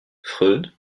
freud